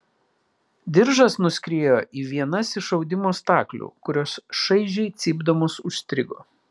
diržas nuskriejo į vienas iš audimo staklių kurios šaižiai cypdamos užstrigo